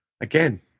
Again